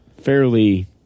Fairly